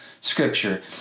Scripture